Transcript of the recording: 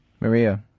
Maria